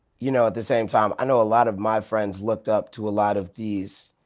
you know at the same time, i know a lot of my friends looked up to a lot of these